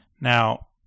Now